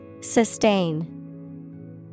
Sustain